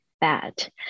bad